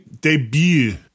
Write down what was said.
Debut